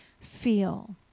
feel